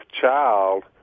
child